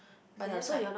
but then like